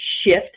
shift